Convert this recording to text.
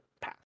pass